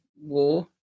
war